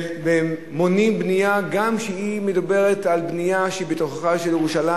ומונעים בנייה גם כשמדובר על בנייה שהיא בתוככי ירושלים,